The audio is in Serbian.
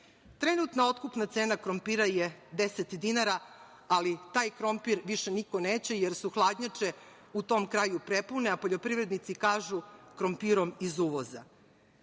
Trenutna otkupna cena krompira je 10 dinara, ali taj krompir više niko neće jer su hladnjače u tom kraju prepune, a poljoprivrednici kažu – krompirom iz uvoza. Ako